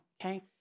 Okay